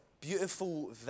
beautiful